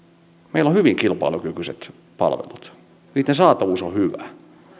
meillä on hyvin kilpailukykyiset palvelut niiden saatavuus on hyvä